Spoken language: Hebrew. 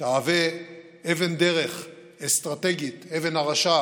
תהווה אבן דרך אסטרטגית, אבן הראשה